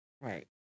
Right